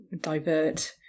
divert